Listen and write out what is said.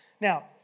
Now